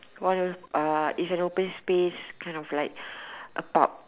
one uh it's an open space kind of like a pub